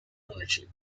ownership